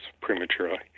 prematurely